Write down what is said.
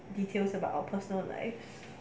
details about our personal life